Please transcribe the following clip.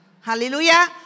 Hallelujah